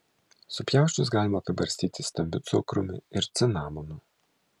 supjausčius galima apibarstyti stambiu cukrumi ir cinamonu